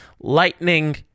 lightning